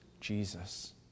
Jesus